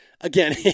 again